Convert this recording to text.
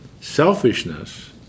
Selfishness